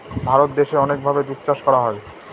ভারত দেশে অনেক ভাবে দুধ চাষ করা হয়